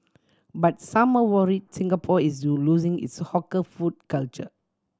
but some are worried Singapore is losing its hawker food culture